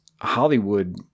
Hollywood